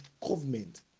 government